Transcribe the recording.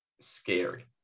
scary